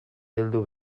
heldu